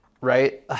Right